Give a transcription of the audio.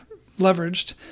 leveraged